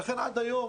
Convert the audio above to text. ולכן, עד היום,